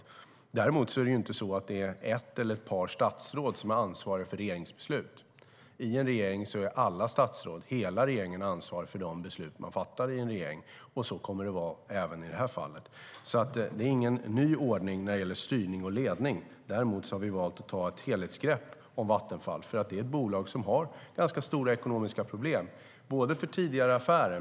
Däremot är det inte ett eller ett par statsråd som är ansvariga för regeringsbeslut. I en regering är alla statsråd, hela regeringen, ansvariga för de beslut som man fattar i regeringen, och så kommer det att vara även i detta fall. Det är alltså ingen ny ordning när det gäller styrning och ledning. Däremot har vi valt att ta ett helhetsgrepp om Vattenfall, eftersom det är ett bolag som har ganska stora ekonomiska problem. Det har man bland annat på grund av tidigare affärer.